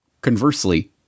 Conversely